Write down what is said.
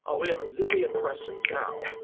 ah we have a zillion questions now.